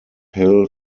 hill